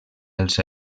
els